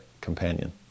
companion